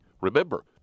Remember